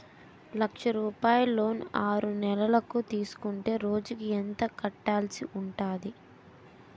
లక్ష రూపాయలు లోన్ ఆరునెలల కు తీసుకుంటే రోజుకి ఎంత కట్టాల్సి ఉంటాది?